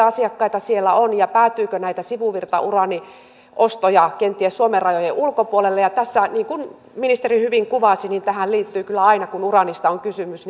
asiakkaita siellä on ja päätyykö näitä sivuvirtauraaniostoja kenties suomen rajojen ulkopuolelle ja niin kuin ministeri hyvin kuvasi niin aina kun uraanista on kysymys